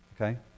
Okay